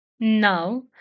Now